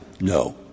No